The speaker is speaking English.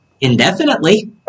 indefinitely